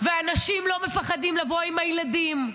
ואנשים לא מפחדים לבוא עם הילדים.